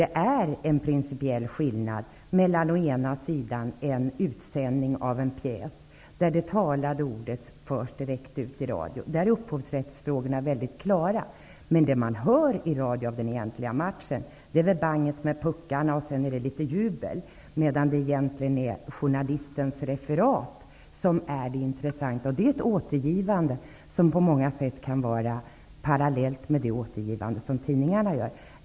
Det finns en principiell skillnad mellan å ena sidan en utsändning av en pjäs, där det talade ordet förs direkt ut via radion -- där är det väldigt klart vad som gäller i upphovsrättsfrågorna -- och å andra sidan det man hör i radion av den egentliga matchen. Vad man hör där är bangen från puckar samt litet jubel. Men journalistens referat är ju det verkligt intressanta. Det gäller alltså ett återgivande som på många sätt kan vara jämställt med tidningarnas återgivande.